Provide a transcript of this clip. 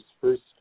first